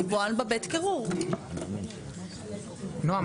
לדעתי בצורה מפורשת גם ביחס לייבוא מזון,